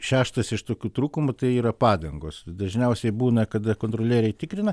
šeštas iš tokių trūkumų tai yra padangos dažniausiai būna kada kontrolieriai tikrina